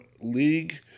league